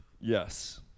Yes